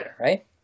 right